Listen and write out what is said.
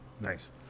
Nice